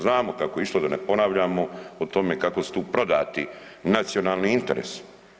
Znamo kako je išlo da ne ponavljamo o tome kako su tu prodati nacionalni interesi.